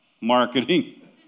marketing